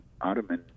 Ottoman